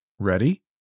Ready